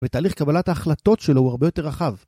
ותהליך קבלת ההחלטות שלו הוא הרבה יותר רחב.